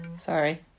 Sorry